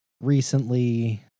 recently